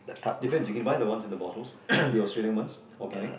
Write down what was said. depends you can buy the ones in the bottles the Australian ones organic